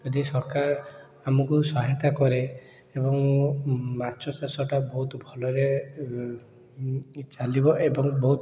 ଯଦି ସରକାର ଆମକୁ ସହାୟତା କରେ ଏବଂ ମାଛ ଚାଷଟା ବହୁତ ଭଲରେ ଚାଲିବ ଏବଂ ବହୁତ